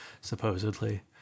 supposedly